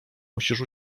musisz